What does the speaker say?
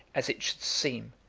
as it should seem,